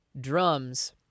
drums